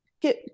get